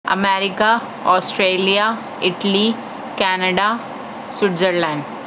America Australia Italy Canada Switzerland